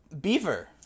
beaver